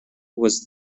was